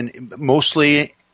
mostly